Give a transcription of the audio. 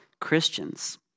Christians